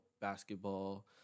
Basketball